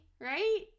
right